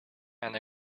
and